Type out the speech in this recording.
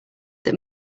that